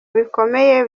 bikomeye